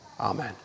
Amen